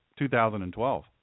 2012